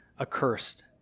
accursed